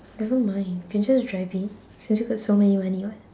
nevermind you can just drive it since you got so many money [what]